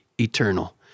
eternal